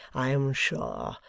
i am sure,